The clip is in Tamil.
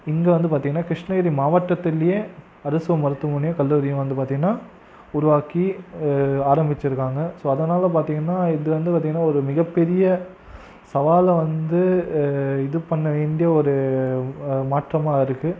இங்கே வந்து பார்த்திங்கனா கிருஷ்ணகிரி மாவட்டத்துலியே அரசு மருத்துவமனை கல்லூரியும் வந்து பார்த்திங்கனா உருவாக்கி ஆரம்மிச்சுருக்காங்க ஸோ அதனால் பார்த்திங்கனா இது வந்து பார்த்திங்கன்னா ஒரு மிகப்பெரிய சவாலை வந்து இது பண்ணவேண்டிய ஒரு மாற்றமாக இருக்குது